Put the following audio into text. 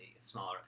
smaller